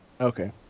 Okay